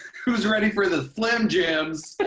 who's ready for the slim jims?